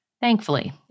Thankfully